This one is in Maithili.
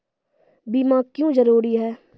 बीमा क्यों जरूरी हैं?